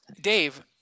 Dave